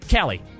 Callie